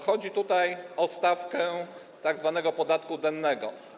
Chodzi tutaj o stawkę tzw. podatku dennego.